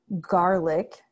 Garlic